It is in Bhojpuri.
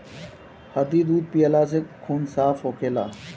हरदी दूध पियला से खून साफ़ होखेला